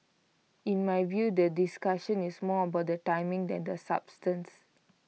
in my view the discussion is more about the timing than the substance